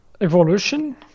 evolution